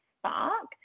Spark